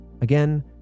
again